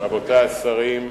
רבותי השרים,